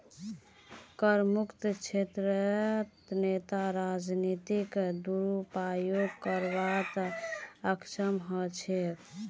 करमुक्त क्षेत्रत नेता राजनीतिक दुरुपयोग करवात अक्षम ह छेक